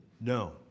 No